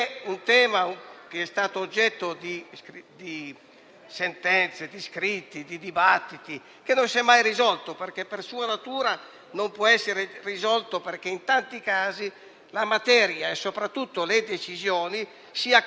Un programma politico e la difesa di interessi collettivi diffusi, che sono giudicati preminenti da una parte politica che rappresenta una parte predominante del corpo elettorale,